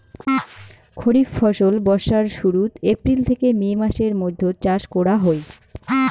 খরিফ ফসল বর্ষার শুরুত, এপ্রিল থেকে মে মাসের মৈধ্যত চাষ করা হই